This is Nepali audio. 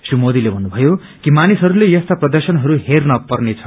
श्री मोदीले भञ्नुभयो कि मानिसहरूले यस्ता प्रदर्शनहरू हेर्न पर्नेछ